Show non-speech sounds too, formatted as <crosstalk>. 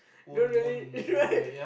don't really <laughs> right